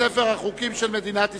לספר החוקים של מדינת ישראל.